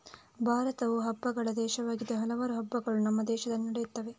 ಭಾರತವು ಹಬ್ಬಗಳ ದೇಶವಾಗಿದ್ದು ಹಲವಾರು ಹಬ್ಬಗಳು ನಮ್ಮ ದೇಶದಲ್ಲಿ ನಡೆಯುತ್ತವೆ